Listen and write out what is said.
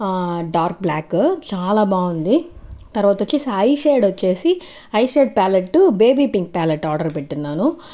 ఆ dark black చాలా బాగుంది తరవాత వచ్చేసి ఐ షేడ్ వచ్చేసి eye shade palette baby pink palette order పెట్టున్నాను